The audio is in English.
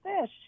fish